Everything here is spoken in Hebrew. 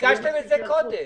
ביקשתם את זה קודם.